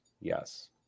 Yes